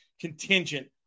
contingent